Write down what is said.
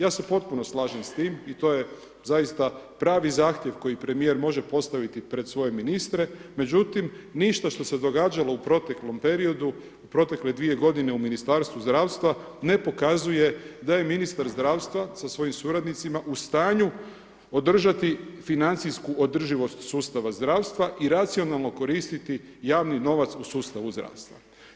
Ja se potpuno slažem s tim i to je zaista pravi zahtjev koji premijer može postaviti pred svoje ministre međutim ništa što se događalo u proteklom periodu, u protekle 2 godine u Ministarstvu zdravstva ne pokazuje da je ministar zdravstva sa svojim suradnicima u stanju održati financijsku održivost sustava zdravstva i racionalno koristiti javni novac u sustavu zdravstva.